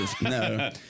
No